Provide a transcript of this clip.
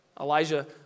Elijah